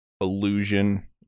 illusion